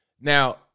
Now